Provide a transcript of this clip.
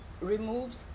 removes